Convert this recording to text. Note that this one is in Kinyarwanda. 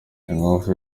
inhofe